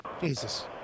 Jesus